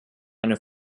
eine